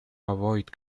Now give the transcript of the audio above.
avoid